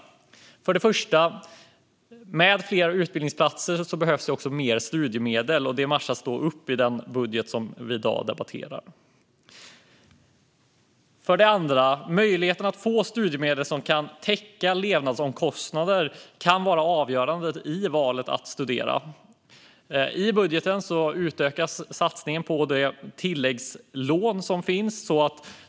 För det första: Med fler utbildningsplatser behövs det också mer studiemedel. Detta matchas upp i den budget som vi i dag debatterar. För det andra: Möjligheten att få studiemedel som kan täcka levnadsomkostnader kan vara avgörande i valet att studera. I budget utökas satsningen på det tilläggslån som finns.